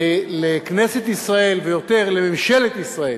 לכנסת ישראל, ויותר, לממשלת ישראל,